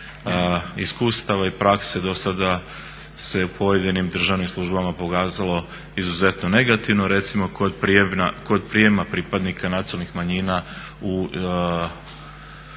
iskustava i prakse do sada se u pojedinim državnim službama pokazalo izuzetno negativno. Recimo kod prijema pripadnika nacionalnih manjina